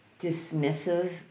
dismissive